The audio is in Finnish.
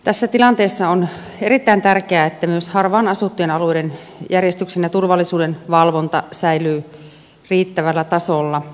tässä tilanteessa on erittäin tärkeää että myös harvaan asuttujen alueiden järjestyksen ja turvallisuuden valvonta säilyy riittävällä tasolla